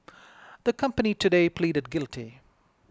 the company today pleaded guilty